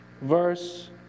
verse